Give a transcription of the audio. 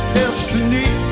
destiny